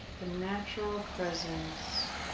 the natural presence